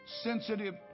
sensitive